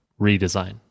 redesign